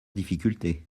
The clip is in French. difficultés